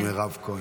תודה.